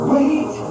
Wait